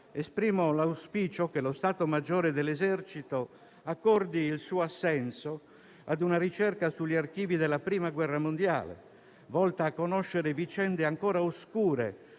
esprimo l'auspicio che lo Stato maggiore dell'esercito accordi il suo assenso a una ricerca sugli archivi della Prima guerra mondiale, volta a conoscere vicende ancora oscure